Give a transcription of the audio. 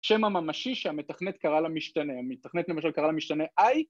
‫שם הממשי שהמתכנת קרא למשתנה, ‫המתכנת למשל קרא למשתנה I...